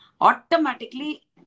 automatically